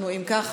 אם כך,